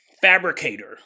fabricator